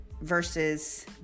versus